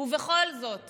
ובכל זאת